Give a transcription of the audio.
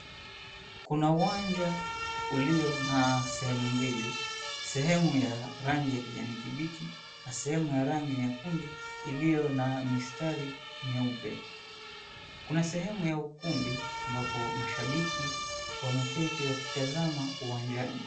Kuna uwanja ulio na sehemu mbili. Sehemu ya rangi ya kijani kibichi, na sehemu ya rangi nyekundu iliyo na mistari meupe. Kuna sehemu ya ukumbi, ambapo mashabiki wameketi wakitazama uwanjani.